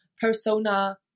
persona